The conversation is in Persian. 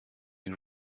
این